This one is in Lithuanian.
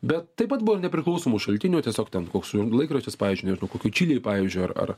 bet taip pat buvo ir nepriklausomų šaltinių tiesiog ten koks laikraštis pavyzdžiui nežinau kokioj čilėj pavyzdžiui ar ar